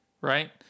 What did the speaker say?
right